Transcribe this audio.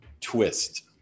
twist